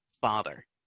father